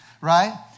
right